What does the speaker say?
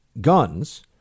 guns